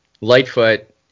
lightfoot